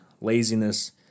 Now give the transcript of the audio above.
laziness